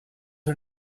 her